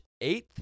eighth